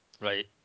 Right